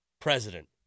president